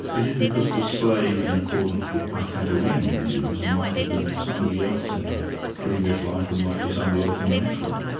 is it because the slave, in accordance with pythagorean views, might have been somebody else in a previous life and might be somebody else in the next life?